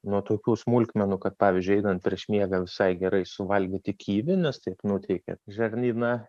nuo tokių smulkmenų kad pavyzdžiui einant prieš miegą visai gerai suvalgyti kivį nes tai nuteikia žarnyną